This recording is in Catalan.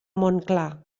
montclar